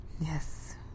Yes